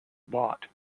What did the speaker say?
bought